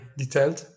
detailed